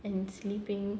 and sleeping